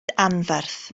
anferth